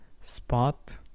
Spot